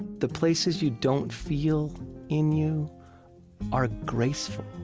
the places you don't feel in you are graceful.